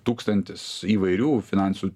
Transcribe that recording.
tūkstantis įvairių finansų